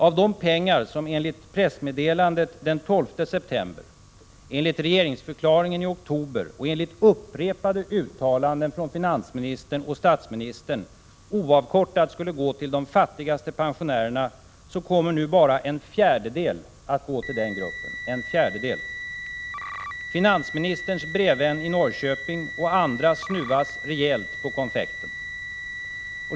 Av de pengar som enligt pressmeddelandet den 12 september, enligt regeringsförklaringen i oktober och enligt upprepade uttalanden av finansministern och statsministern oavkortat skulle gå till de fattigaste pensionärerna, kommer nu bara en fjärdedel att gå till den gruppen. Finansministerns brevvän i Norrköping och andra snuvas rejält på konfekten.